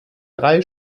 drei